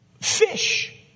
fish